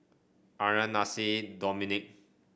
Andria Nasir Dominick